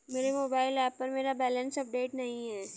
मेरे mobile app पर मेरा बैलेंस अपडेट नहीं है